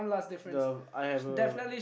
the I have a